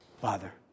Father